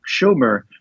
Schumer